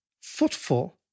footfall